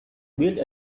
build